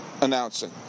announcing